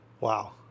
Wow